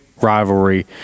rivalry